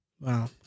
Wow